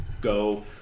go